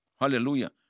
Hallelujah